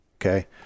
okay